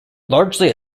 largely